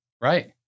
Right